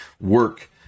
work